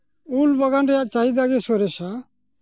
ᱩᱞ ᱵᱟᱜᱟᱱ ᱨᱮᱭᱟᱜ ᱪᱟᱦᱤᱫᱟ ᱜᱮ ᱥᱚᱨᱮᱥᱟ